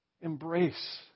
Embrace